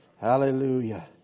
Hallelujah